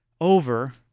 Over